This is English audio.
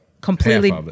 completely